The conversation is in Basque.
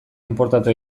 inportatu